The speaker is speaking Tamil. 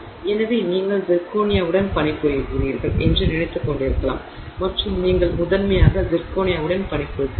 எனவே நீங்கள் சிர்கோனியாவுடன் பணிபுரிகிறீர்கள் என்று நினைத்துக் கொண்டிருக்கலாம் மற்றும் நீங்கள் முதன்மையாக சிர்கோனியாவுடன் பணிபுரிகிறீர்கள்